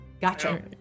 Gotcha